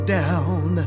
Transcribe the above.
down